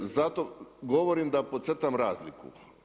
Zato govorim da podcrtam razliku.